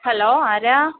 hello ആരാ